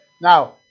Now